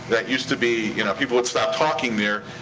that used to be you know people would stop talking there,